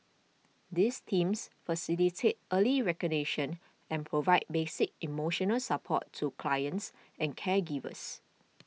these teams facilitate early recognition and provide basic emotional support to clients and caregivers